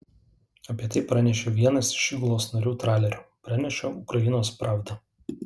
apie tai pranešė vienas iš įgulos narių tralerio praneša ukrainos pravda